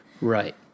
Right